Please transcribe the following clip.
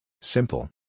Simple